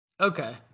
Okay